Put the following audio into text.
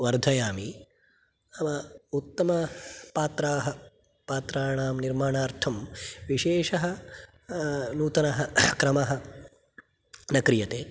वर्धयामि नाम उत्तमपात्राः पात्राणां निर्माणार्थं विशेषः नूतनः क्रमः न क्रियते